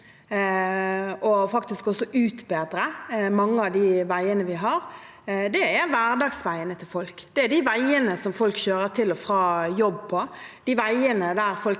vi har, og utbedre mange av de veiene vi har. Det er hverdagsveiene til folk. Det er de veiene som folk kjører på til og fra jobb, de veiene der folk